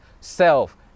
self